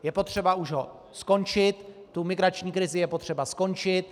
Je potřeba už ho skončit, tu migrační krizi je potřeba skončit.